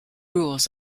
rules